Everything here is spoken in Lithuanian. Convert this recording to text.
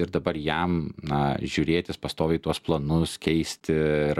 ir dabar jam na žiurėtis pastoviai tuos planus keisti ir